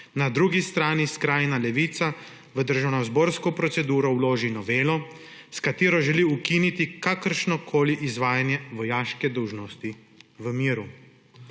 na drugi strani skrajna Levica v državnozborsko proceduro vloži novelo, s katero želi ukiniti kakršnokoli izvajanje vojaške dolžnosti v miru.